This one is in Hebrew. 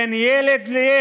בין ילד לילד.